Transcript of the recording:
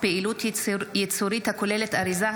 פעילות ייצורית הכוללת אריזה),